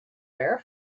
bare